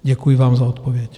Děkuji vám za odpověď.